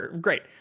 Great